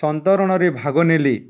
ସନ୍ତରଣରେ ଭାଗ ନେଲେ